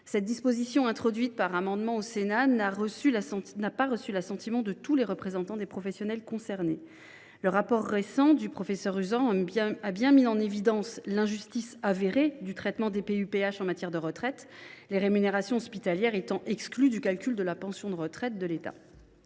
Cette disposition, introduite par amendement au Sénat, n’a pas reçu l’assentiment de tous les représentants des professionnels concernés. Le rapport récent du professeur Uzan a bien mis en évidence l’injustice avérée du traitement des PHU en la matière, les rémunérations hospitalières étant exclues du calcul de la pension de retraite de l’État.